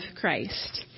Christ